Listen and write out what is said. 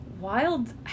wild